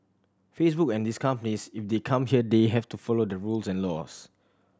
Facebook and these companies if they come here they have to follow the rules and laws